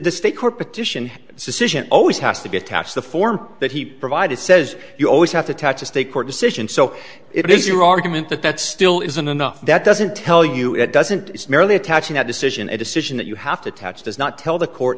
the state court petition its decision always has to be attached the form that he provided says you always have to touch a state court decision so it is your argument that that still isn't enough that doesn't tell you it doesn't it's merely attaching that decision a decision that you have to touch does not tell the court